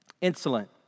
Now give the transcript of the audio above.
Insolent